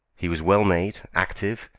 he was well made, active,